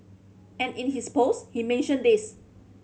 and in his post he mentioned this